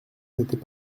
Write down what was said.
n’étaient